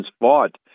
fought